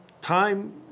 time